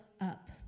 up